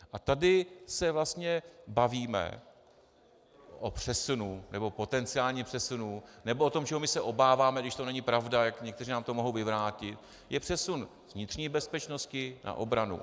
A tady se vlastně bavíme o přesunu, nebo potenciálním přesunu nebo o tom, čeho my se obáváme, i když to není pravda, někteří nám to mohou vyvrátit, je přesun z vnitřní bezpečnosti na obranu.